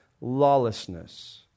lawlessness